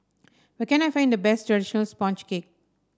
where can I find the best traditional sponge cake